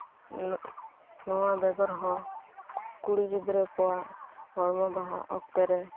ᱱᱚᱣᱟ ᱵᱮᱜᱚᱨ ᱦᱚᱸ ᱠᱩᱲᱤ ᱜᱤᱫᱽᱨᱟᱹ ᱠᱚᱣᱟᱜ ᱦᱚᱲᱢᱚ ᱵᱟᱦᱟ ᱚᱠᱛᱚᱨᱮ